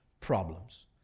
problems